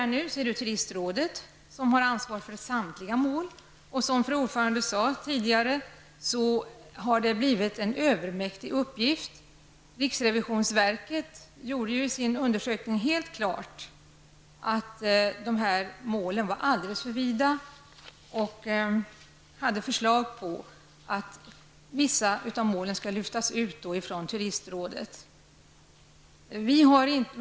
I dag har turistrådet ansvaret för samtliga mål. Som fru ordförande sade tidigare, har det blivit en övermäktig uppgift. Riksrevisionsverket gjorde i sin undersökning helt klart att målen var alldeles för vida. Man hade förslag på att vissa av målen skulle lyftas ut från turistrådets ansvarsområde.